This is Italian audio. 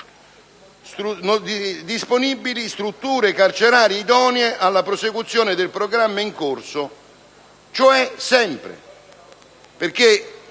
disponibili strutture carcerarie idonee alla prosecuzione del programma in corso, vale a dire sempre.